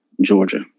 Georgia